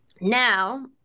now